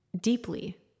Deeply